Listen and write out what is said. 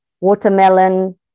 watermelon